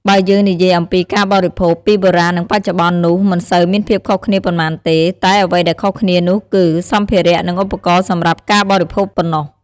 បើយើងនិយាយអំពីការបរិភោគ ពីបុរាណនឹងបច្ចុប្បន្ននោះមិនសូវមានភាពខុសគ្នាប៉ុន្មានទេ តែអ្វីដែលខុសគ្នានោះគឺ សម្ភារៈនិងឧបករណ៍សម្រាប់ការបរិភោគប៉ុណ្ណោះ។